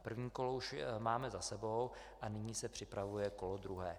První kolo už máme za sebou a nyní se připravuje kolo druhé.